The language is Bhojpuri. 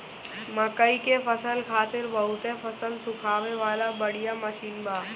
मकई के फसल खातिर बहुते फसल सुखावे वाला बढ़िया मशीन बा